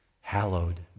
hallowed